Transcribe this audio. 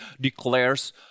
declares